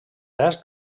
est